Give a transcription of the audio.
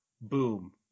boom